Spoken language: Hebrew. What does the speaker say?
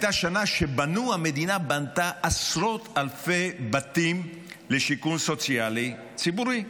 זו הייתה שנה שבה המדינה בנתה עשרות אלפי בתים לשיכון סוציאלי ציבורי.